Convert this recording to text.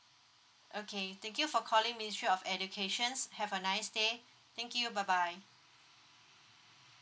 okay thank you for calling ministry of education have a nice day thank you bye bye